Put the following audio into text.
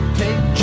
take